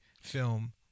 film